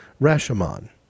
Rashomon